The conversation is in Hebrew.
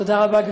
תודה רבה.